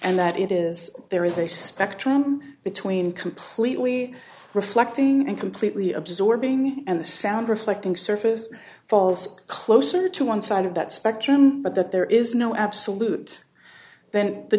and that it is there is a spectrum between completely reflecting and completely absorbing and the sound reflecting surface falls closer to one side of that spectrum but that there is no absolute then the